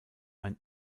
ein